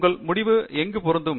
உங்கள் முடிவு எங்கு பொருந்தும்